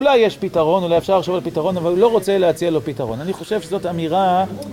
אולי יש פתרון, אולי אפשר לחשוב על פתרון, אבל הוא לא רוצה להציע לו פתרון, אני חושב שזאת אמירה...